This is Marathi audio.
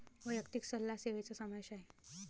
वैयक्तिक सल्ला सेवेचा समावेश आहे